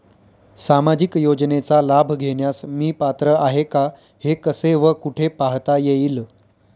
सामाजिक योजनेचा लाभ घेण्यास मी पात्र आहे का हे कसे व कुठे पाहता येईल?